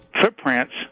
footprints